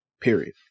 Period